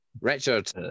Richard